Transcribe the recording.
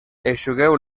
eixugueu